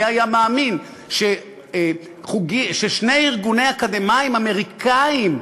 מי היה מאמין ששני ארגוני אקדמאים אמריקניים